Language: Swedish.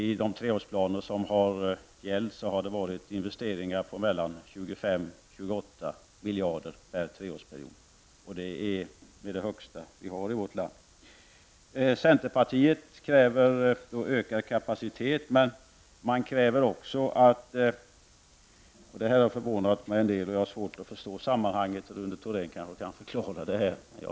I de treårsplaner som har gällt har det gjorts investeringar på 25--28 miljarder kronor per treårsperiod. Det är det högsta i vårt land. Centerpartiet kräver ökad kapacitet. En sak har förvånat mig, och jag har svårt att förstå sammanhanget. Rune Thorén kanske kan förklara för mig.